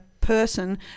person